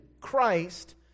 Christ